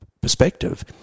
perspective